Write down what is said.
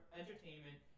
entertainment